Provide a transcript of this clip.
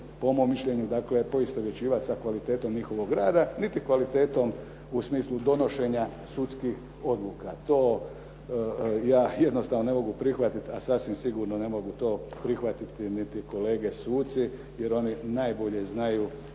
po mom mišljenju dakle, poistovjećivati sa kvalitetom njihovog rada niti kvalitetom u smislu donošenja sudskih odluka. To ja jednostavno ne mogu prihvatiti a sasvim sigurno ne mogu to prihvatiti niti kolege suci jer oni najbolje znaju